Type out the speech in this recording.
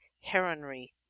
heronry